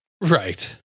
right